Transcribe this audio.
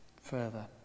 further